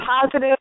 Positive